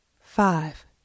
five